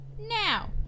now